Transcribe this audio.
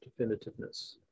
definitiveness